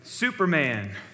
Superman